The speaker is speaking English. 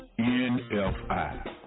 nfi